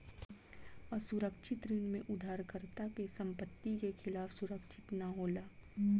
असुरक्षित ऋण में उधारकर्ता के संपत्ति के खिलाफ सुरक्षित ना होला